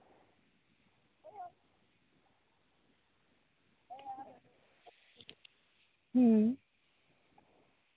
ᱦᱩᱸ